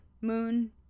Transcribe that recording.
moon